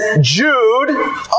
Jude